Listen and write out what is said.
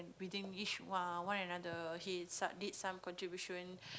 within each one one another he is he did some contribution